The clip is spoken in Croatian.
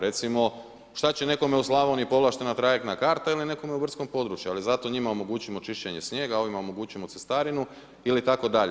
Recimo, šta će nekome u Slavoniji povlaštena trajektna karta ili nekome u brdskom području, ali zato njima omogućimo čišćenje snijega, ovima omogućimo cestarinu itd.